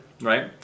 right